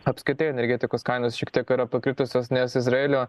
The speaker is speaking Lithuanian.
apskritai energetikos kainos šiek tiek yra pakitusios nes izraelio